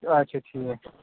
اچھا ٹھیٖک